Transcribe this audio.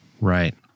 Right